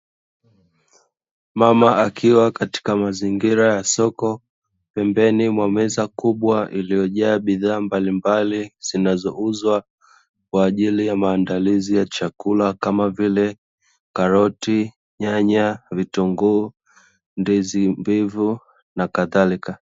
Mama akiwa katika mazingira ya soko pembeni mwa meza kubwa iliyojaa bidhaa mbalimbali zinazouzwa kwa ajili ya maandalizi ya chakula kama vile: karoti, nyanya, vitunguu, ndizi mbivu na kadhalika.